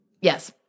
Yes